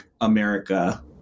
america